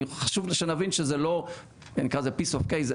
אז חשוב שנבין שזה לא peace of cake,